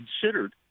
considered